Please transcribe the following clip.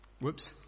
Whoops